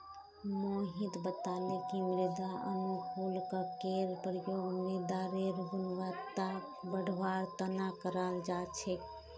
मोहित बताले कि मृदा अनुकूलककेर प्रयोग मृदारेर गुणवत्ताक बढ़वार तना कराल जा छेक